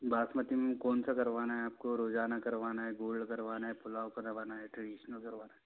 बासमती में कौन सा करवाना है आपको रोज़ाना करवाना है गोल्ड करवाना है पुलाव करवाना है ट्रेडिशनल करवाना है